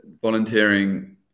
volunteering